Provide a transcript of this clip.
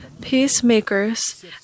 peacemakers